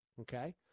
okay